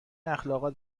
اخالقات